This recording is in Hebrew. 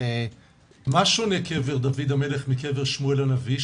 אבל מה שונה קבר דוד המלך מקבר שמואל הנביא?